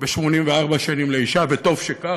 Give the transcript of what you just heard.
ו-84 שנים לאישה, וטוב שכך.